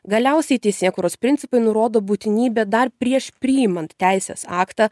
galiausiai teisėkūros principai nurodo būtinybę dar prieš priimant teisės aktą